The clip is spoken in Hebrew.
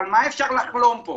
אז על מה אפשר לחלום פה.